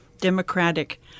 Democratic